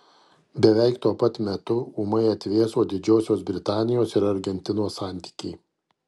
beveik tuo pat metu ūmai atvėso didžiosios britanijos ir argentinos santykiai